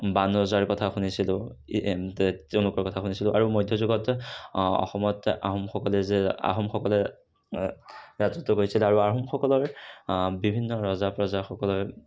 বান ৰজাৰ কথা শুনিছিলোঁ তেওঁলোকৰ কথা শুনিছিলোঁ আৰু মধ্য যুগত অসমত আহোমসকলে যে আহোমসকলে ৰাজত্ব কৰিছিল আৰু আহোমসকলৰ বিভিন্ন ৰজা প্ৰজাসকলে